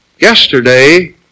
Yesterday